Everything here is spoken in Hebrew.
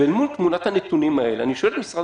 מול תמונת הנתונים האלה אני שואל את משרד